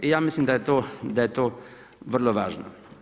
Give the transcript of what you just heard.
I ja mislim da je to vrlo važno.